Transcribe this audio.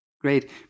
Great